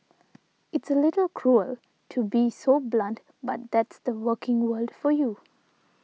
it's a little cruel to be so blunt but that's the working world for you